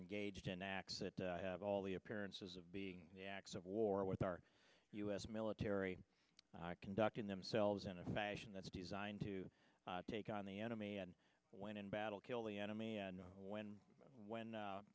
engaged in acts that have all the appearances of being the acts of war with our us military conducting themselves in a fashion that's designed to take on the enemy and when in battle kill the enemy and when when